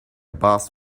boss